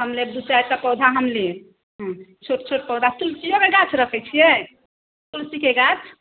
हम लेब दू चारि टा पौधा हम लेब हम्म छोट छोट पौधा तुलसिओके गाछ रखैत छियै तुलसीके गाछ